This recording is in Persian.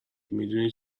میدونی